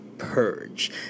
Purge